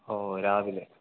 ഓ രാവിലെ